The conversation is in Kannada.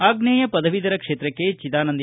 ಆಗ್ನೇಯ ಪದವೀಧರ ಕ್ಷೇತ್ರಕ್ಕೆ ಚಿದಾನಂದ್